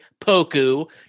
Poku